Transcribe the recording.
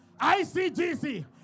ICGC